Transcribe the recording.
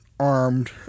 armed